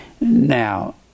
Now